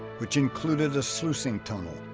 which included ah sluicing tunnel,